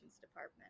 department